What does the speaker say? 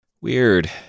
Weird